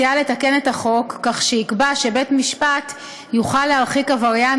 מציעה לתקן את החוק כך שיקבע שבית-משפט יוכל להרחיק עבריין